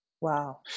Wow